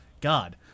God